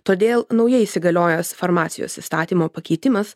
todėl naujai įsigaliojęs farmacijos įstatymo pakeitimas